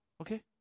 Okay